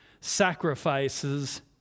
sacrifices